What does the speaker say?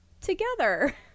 together